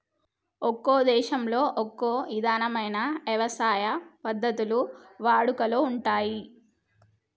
ఒక్కో దేశంలో ఒక్కో ఇధమైన యవసాయ పద్ధతులు వాడుకలో ఉంటయ్యి